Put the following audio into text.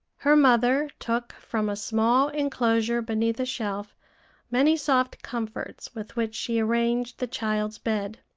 her mother took from a small inclosure beneath a shelf many soft comforts with which she arranged the child's bed.